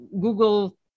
Google